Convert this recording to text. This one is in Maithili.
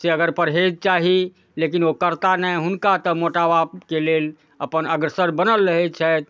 से अगर परहेज चाही लेकिन ओ करता नहि हुनका तऽ मोटापाके लेल अपन अग्रसर बनल रहै छथि